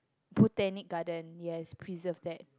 Botanic-Gardens yes preserve that